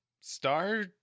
star